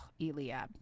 Eliab